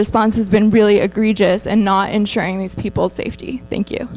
response has been really egregious and not insuring these people's safety thank you